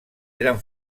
eren